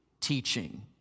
teaching